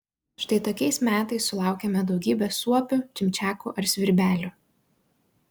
štai tokiais metais sulaukiame daugybės suopių čimčiakų ar svirbelių